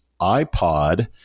iPod